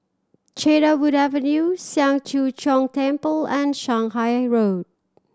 Cedarwood Avenue Siang Cho Keong Temple and Shanghai Road